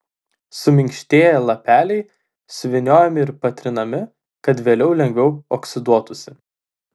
suminkštėję lapeliai suvyniojami ir patrinami kad vėliau lengviau oksiduotųsi